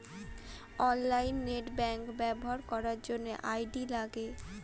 online net banking ব্যবহার করার জন্য আই.ডি লাগে